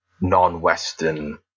non-Western